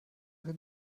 ihre